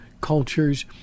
cultures